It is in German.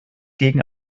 gegen